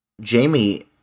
Jamie